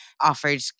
offered